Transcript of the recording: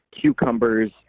cucumbers